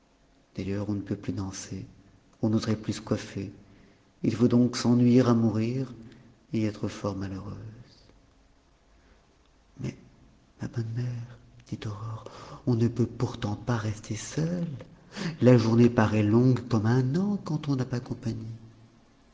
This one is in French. d'ailleurs on ne peut plus danser on n'oserait plus se coiffer il faut donc s'ennuyer à mourir et être fort malheureuse mais ma bonne mère dit aurore on ne peut pourtant pas rester seule la journée paraît longue comme un an quand on n'a pas